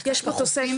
איזה פרויקט?